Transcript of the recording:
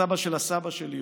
הסבא של הסבא שלי,